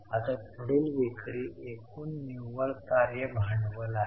आता पुढील विक्री एकूण निव्वळ कार्य भांडवल आहे